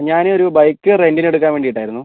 ഞാന് ഒരു ബൈക്ക് റെൻറ്റിന് എടുക്കാൻ വേണ്ടിയിട്ടായിരുന്നു